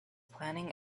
planning